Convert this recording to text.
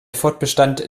fortbestand